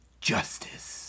justice